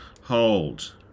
Hold